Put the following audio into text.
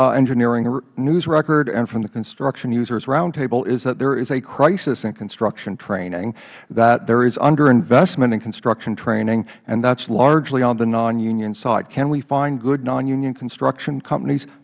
the engineering news record and from the construction users round table is that there is a crisis in construction training that there is under investment in construction training and that is largely on the non union side can we find good non union construction companies